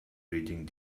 reading